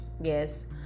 yes